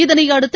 இதனையடுத்து